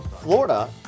Florida